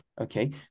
okay